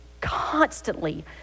constantly